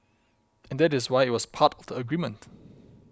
and that is why it was part of the agreement